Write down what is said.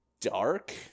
dark